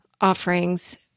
offerings